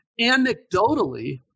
Anecdotally